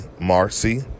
Marcy